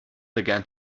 began